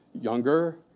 younger